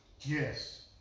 Yes